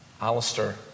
Alistair